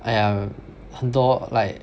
!aiya! 很多 like